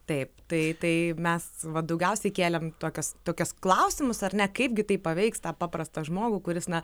taip tai tai mes va daugiausiai kėlėm tokias tokias klausimus ar ne kaipgi tai paveiks tą paprastą žmogų kuris na